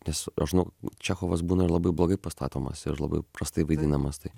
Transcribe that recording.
nes žinok čechovas būna labai blogai pastatomas ir labai prastai vaidinamas tai